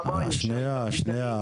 שנייה.